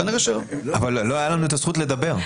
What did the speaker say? אבל אתה אמרת על משהו אחר לגמרי,